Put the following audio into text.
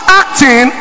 acting